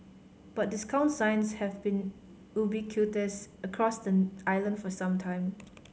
but discount signs have been ubiquitous across the island for some time